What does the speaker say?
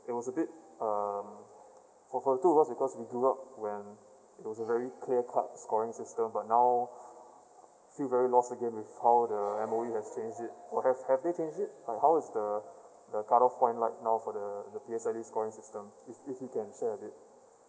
it was a bit um for because we do out when uh there was a very clear cut scoring system but now feel very lost again with how the M_O_E has changed it well have have they changed it like how is the the cut off point like now for the thw P_S_L_E scoring system if if you can share a bit